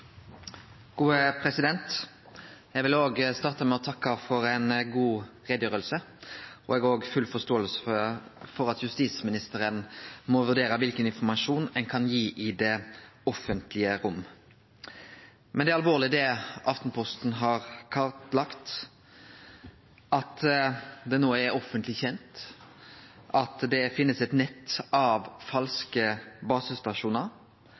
Eg vil òg starte med å takke for ei god utgreiing, og eg har òg full forståing for at justisministeren må vurdere kva for informasjon ein kan gi i det offentlege rom. Det er alvorleg det Aftenposten har kartlagt, som no er offentleg kjent, at det finst eit nett av falske basestasjonar,